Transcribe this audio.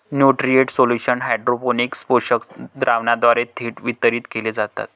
nutrient solution hydroponics पोषक द्रावणाद्वारे थेट वितरित केले जातात